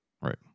Right